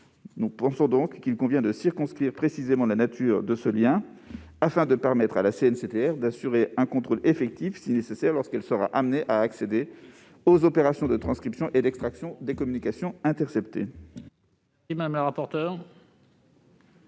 convient donc de circonscrire précisément la nature de ce lien, afin de permettre à la CNCTR d'assurer un contrôle effectif, si nécessaire, lorsqu'elle sera amenée à accéder aux opérations de transcription et d'extraction des communications interceptées. Quel est l'avis de